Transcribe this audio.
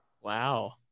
Wow